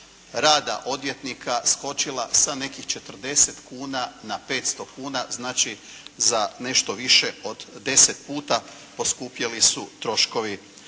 rada odvjetnika skočila sa nekih 40 kuna na 500 kuna, znači za nešto više od 10 puta poskupjeli su troškovi,